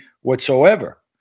whatsoever